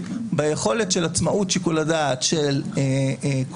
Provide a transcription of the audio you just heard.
ביכולת של עצמאות שיקול הדעת של כל